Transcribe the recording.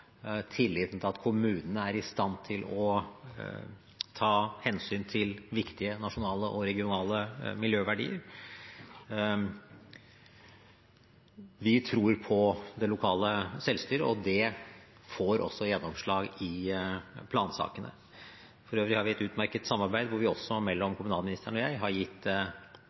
tilliten til at kommunene er i stand til å ta hensyn til viktige nasjonale og regionale miljøverdier. Vi tror på det lokale selvstyret, og det får også gjennomslag i plansakene. For øvrig er det et utmerket samarbeid mellom kommunalministeren og meg, hvor vi har gitt